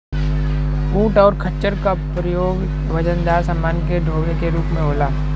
ऊंट और खच्चर का प्रयोग वजनदार समान के डोवे के रूप में होला